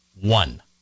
one